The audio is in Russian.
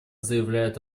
заявляет